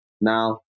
Now